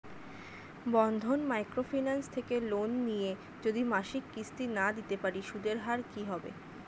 বন্ধন micro finance থেকে loan নিয়ে যদি মাসিক কিস্তি না দিতে পারি সুদের হার কি হবে?